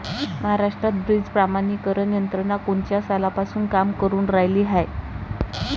महाराष्ट्रात बीज प्रमानीकरण यंत्रना कोनच्या सालापासून काम करुन रायली हाये?